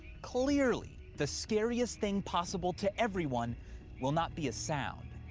clearly, the scariest thing possible to everyone will not be a sound.